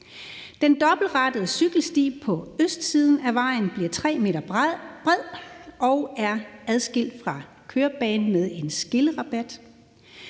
Den dobbeltrettede cykelsti på østsiden af vejen bliver 3 m bred og er adskilt fra kørebanen med en skillerabat.